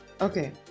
Okay